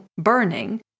burning